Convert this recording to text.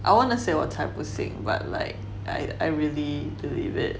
I want to say 我才不信 but like I I really believe it